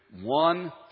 one